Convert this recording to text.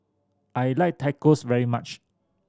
I like Tacos very much